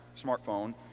smartphone